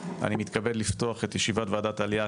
אני מתכבד לפתוח את ישיבת ועדת העלייה,